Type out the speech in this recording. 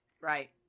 Right